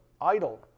idle